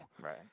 Right